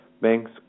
Banks